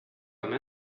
comme